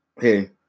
hey